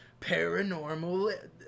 paranormal